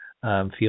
Feel